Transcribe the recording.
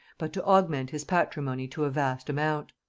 but to augment his patrimony to a vast amount.